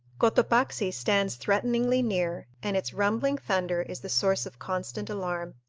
cotopaxi stands threateningly near, and its rumbling thunder is the source of constant alarm.